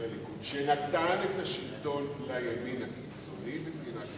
הליכוד שנתן את השלטון לימין הקיצוני במדינת ישראל,